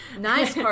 Nice